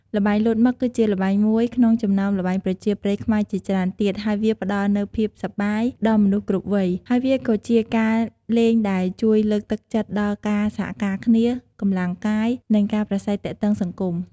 ល្បែងលោតមឹក គឺជាល្បែងមួយក្នុងចំណោមល្បែងប្រជាប្រិយខ្មែរជាច្រើនទៀត ហើយវាផ្តល់នូវភាពសប្បាយ ដល់មនុស្សគ្រប់វ័យ ហើយវាក៏ជាការលេងដែលជួយលើកទឹកចិត្តដល់ការសហការគ្នា កម្លាំងកាយ និងការប្រាស្រ័យទាក់ទងសង្គម។